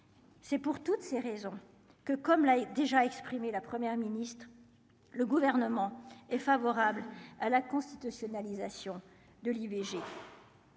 c'est pour toutes ces raisons que comme l'a déjà exprimé la première ministre, le gouvernement est favorable à la constitutionnalisation de l'IVG.